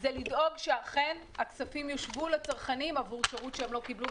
הוא לדאוג שאכן הכספים יושבו לצרכנים עבור שירות שהם לא קיבלו.